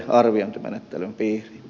arvoisa puhemies